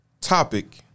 Topic